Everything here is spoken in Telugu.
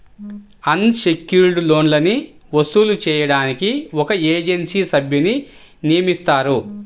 అన్ సెక్యుర్డ్ లోన్లని వసూలు చేయడానికి ఒక ఏజెన్సీ సభ్యున్ని నియమిస్తారు